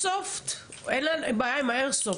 אין לנו בעיה עם האיירסופט,